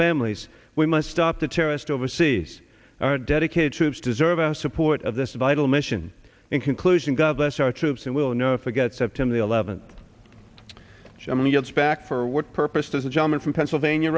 families we must stop the terrorist overseas our dedicated troops deserve our support of this vital mission in conclusion guv less our troops and will never forget september the eleventh jimmy gets back for what purpose does the gentleman from pennsylvania